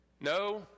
no